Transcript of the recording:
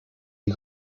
you